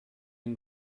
and